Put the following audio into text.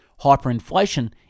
Hyperinflation